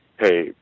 hey